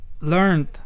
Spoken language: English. learned